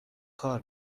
کار